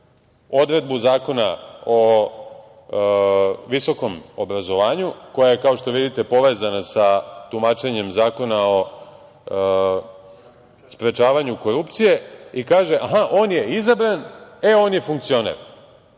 odredbu Zakona o visokom obrazovanju koja je, kao što vidite, povezana sa tumačenjem Zakona o sprečavanju korupcije, i kaže – aha, on je izabran, e, on je funkcioner.